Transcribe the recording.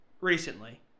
recently